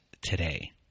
today